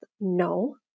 no